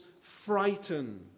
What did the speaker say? frightened